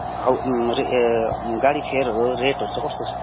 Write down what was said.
how रे ए गाडी फेयरहरू रेटहरू चाहिँ कस्तो छ